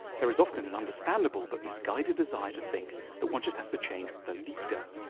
there is often an understandable but misguided desire to think that one just has to change the leader.